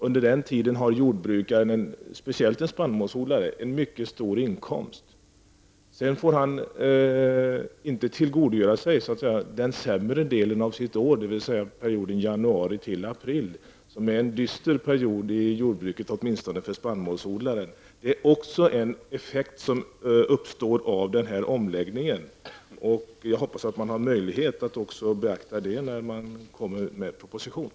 Under den tiden har jordbrukarna, speciellt spannmålsodlarna, mycket stora inkomster. De får emellertid inte tillgodoräkna sig den sämre delen av året, dvs. tiden januari--april, som är en dyster period för jordbrukarna, framför allt för spannmålsodlarna. Det är också en effekt av omläggningen. Jag hoppas att man har möjlighet att beakta detta i den aviserade propositionen.